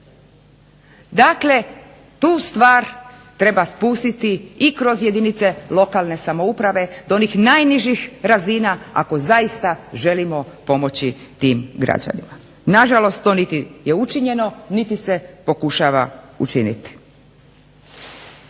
Dakle, tu stvar treba spustiti i kroz jedinice lokalne samouprave do onih najnižih razina ako zaista želimo pomoći tim građanima. Nažalost, to niti je učinjeno niti se pokušava učiniti.